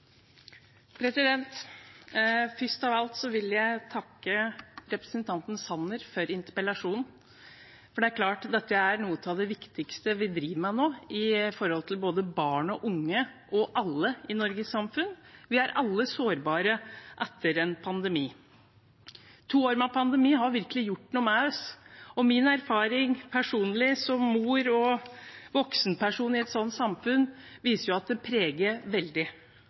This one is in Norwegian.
virker. Først av alt vil jeg takke representanten Sanner for interpellasjonen. Det er klart at dette er noe av det viktigste vi driver med nå, overfor både barn og unge og alle i Norges samfunn. Vi er alle sårbare etter en pandemi. To år med pandemi har virkelig gjort noe med oss, og min personlige erfaring som mor og voksenperson i et sånt samfunn er at det preger veldig.